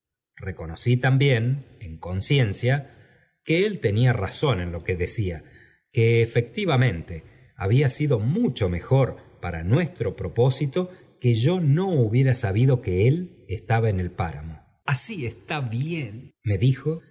reconocí también en conciencia que él tenía razón en lo que decía que efectivamente había sido mucho mejor para nuestro propósito que yo no hubiera sabido que él estaba en el páramo así está bien me dijo